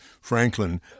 Franklin